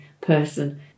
person